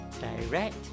direct